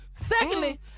Secondly